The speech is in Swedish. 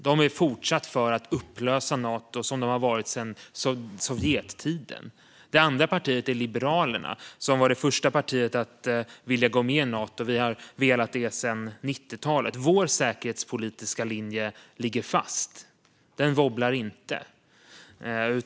De är fortfarande för att upplösa Nato, som de har varit sedan Sovjettiden. Det andra partiet är Liberalerna, som var första parti att vilja gå med i Nato. Vi har velat det sedan 90-talet. Vår säkerhetspolitiska linje ligger fast. Den wobblar inte.